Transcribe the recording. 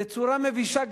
בצורה מבישה.